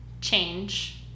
change